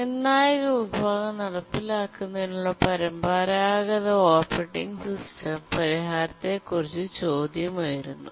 നിർണായക വിഭാഗം നടപ്പിലാക്കുന്നതിനുള്ള പരമ്പരാഗത ഓപ്പറേറ്റിംഗ് സിസ്റ്റം പരിഹാരത്തെക്കുറിച്ച് ചോദ്യം ഉയരുന്നു